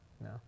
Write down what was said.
No